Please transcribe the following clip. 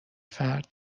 فرد